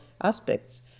aspects